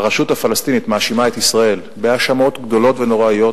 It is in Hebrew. הרשות הפלסטינית מאשימה את ישראל בהאשמות גדולות ונוראיות,